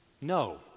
No